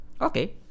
Okay